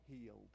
healed